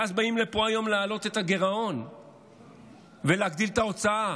ואז באים לפה היום להעלות את הגירעון ולהגדיל את ההוצאה.